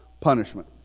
punishment